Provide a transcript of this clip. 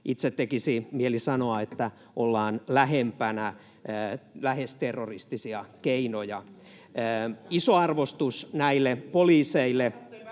Itseni tekisi mieli sanoa, että ollaan lähempänä lähes terroristisia keinoja. [Aki Lindén: